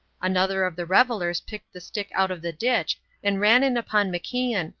another of the revellers picked the stick out of the ditch and ran in upon macian,